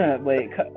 Wait